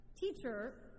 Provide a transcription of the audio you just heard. Teacher